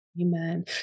Amen